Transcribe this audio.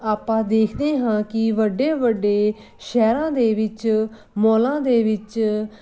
ਆਪਾਂ ਦੇਖਦੇ ਹਾਂ ਕਿ ਵੱਡੇ ਵੱਡੇ ਸ਼ਹਿਰਾਂ ਦੇ ਵਿੱਚ ਮੌਲਾਂ ਦੇ ਵਿੱਚ